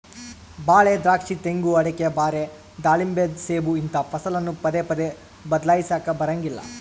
ಬಾಳೆ, ದ್ರಾಕ್ಷಿ, ತೆಂಗು, ಅಡಿಕೆ, ಬಾರೆ, ದಾಳಿಂಬೆ, ಸೇಬು ಇಂತಹ ಫಸಲನ್ನು ಪದೇ ಪದೇ ಬದ್ಲಾಯಿಸಲಾಕ ಬರಂಗಿಲ್ಲ